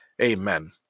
Amen